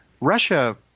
Russia